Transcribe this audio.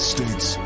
States